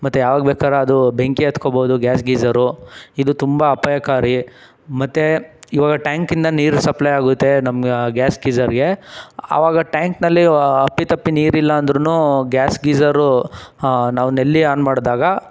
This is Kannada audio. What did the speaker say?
ಮತ್ತು ಯಾವಾಗ ಬೇಕಾರೂ ಅದು ಬೆಂಕಿ ಹತ್ಕೋಬೋದು ಗ್ಯಾಸ್ ಗೀಝರು ಇದು ತುಂಬ ಅಪಾಯಕಾರಿ ಮತ್ತು ಇವಾಗ ಟ್ಯಾಂಕಿಂದ ನೀರು ಸಪ್ಲೈ ಆಗುತ್ತೆ ನಮ್ಮ ಗ್ಯಾಸ್ ಗೀಝರ್ಗೆ ಅವಾಗ ಟ್ಯಾಂಕ್ನಲ್ಲಿ ಅಪ್ಪಿತಪ್ಪಿ ನೀರು ಇಲ್ಲ ಅಂದ್ರೂ ಗ್ಯಾಸ್ ಗೀಝರು ನಾವು ನಲ್ಲಿ ಆನ್ ಮಾಡಿದಾಗ